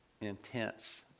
intense